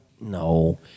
No